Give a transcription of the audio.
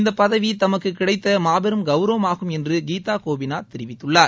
இந்த பதவி தமக்குக் கிடைத்த மாபெரும் கௌரவமாகும் என்று கீதா கோபிநாத் தெரிவித்துள்ளார்